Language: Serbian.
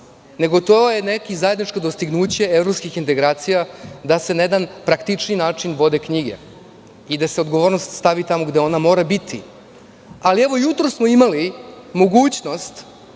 nego je to neko zajedničko dostignuće evropskih integracija, da se na jedan praktičniji način vode knjige i da se odgovornost stavi tamo gde ona mora biti. Evo jutros smo imali mogućnost